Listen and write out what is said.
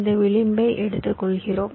இந்த விளிம்பை எடுத்து கொள்கிறோம்